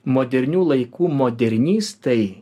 modernių laikų modernistai